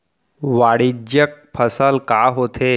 वाणिज्यिक फसल का होथे?